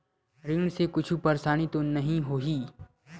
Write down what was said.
ऋण से कुछु परेशानी तो नहीं होही?